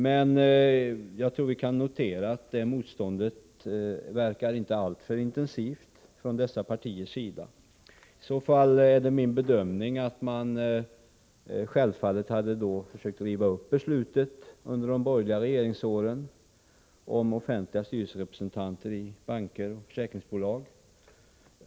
Motståndet från dessa partiers sida verkar inte vara alltför intensivt. De skulle självfallet annars ha försökt att riva upp beslutet om offentliga styrelseledamöter i banker och försäkringsbolag under de borgerliga regeringsåren.